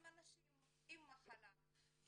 הם אנשים עם מחלה.